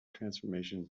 transformations